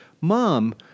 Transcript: Mom